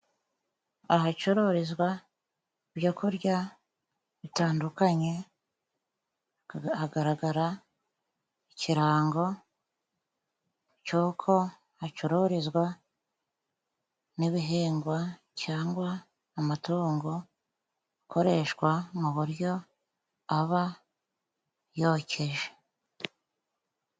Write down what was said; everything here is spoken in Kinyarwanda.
Ahacururizwa ibyo kurya bitandukanye hagaragara ikirango cyuko hacururizwa n'ibihingwa cyangwa amatungo akoreshwa mu buryo aba yokeje.